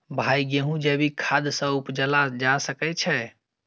भाई गेंहूँ जैविक खाद सँ उपजाल जा सकै छैय?